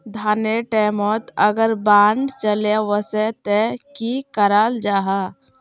धानेर टैमोत अगर बान चले वसे ते की कराल जहा?